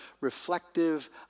reflective